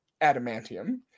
adamantium